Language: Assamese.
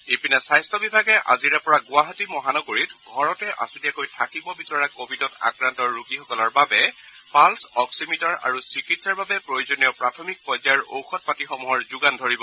ইপিনে স্বাস্থ্য বিভাগে আজিৰে পৰা গুৱাহাটী মহানগৰীত ঘৰতে আছুতীয়াকৈ থাকিব বিচৰা কোৱিডত আক্ৰান্ত ৰোগীসকলৰ বাবে পাল্ছ অক্সিমিটাৰ আৰু চিকিৎসাৰ বাবে প্ৰয়োজনীয় প্ৰাথমিক পৰ্যায়ৰ ঔষধপাতিসমূহ যোগান ধৰিব